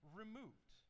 removed